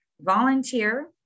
volunteer